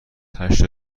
هشت